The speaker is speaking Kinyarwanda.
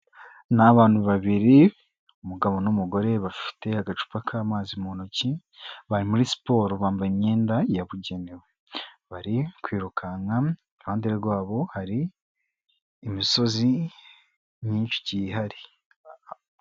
Ni abantu babiri umugabo n'umugore bafite agacupa k'amazi mu ntoki bari muri siporo, bambaye imyenda yabugenewe bari kwirukanka, iruhande rwabo hari imisozi myinshi igiye ihari.